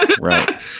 right